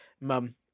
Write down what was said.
mum